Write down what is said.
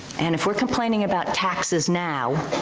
and if we're complaining about taxes now,